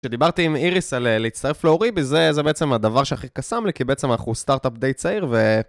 כשדיברתי עם איריס על להצטרף להוריד בזה זה בעצם הדבר שהכי קסם לי כי בעצם אנחנו סטארט-אפ די צעיר ו...